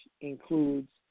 includes